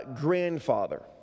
grandfather